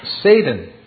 Satan